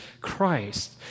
Christ